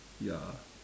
ya